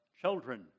children